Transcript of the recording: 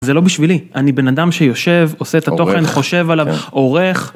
זה לא בשבילי, אני בן אדם שיושב, עושה את התוכן, עורך, חושב עליו, עורך.